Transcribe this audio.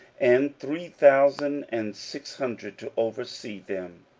and three thousand and six hundred to oversee them.